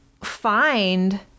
find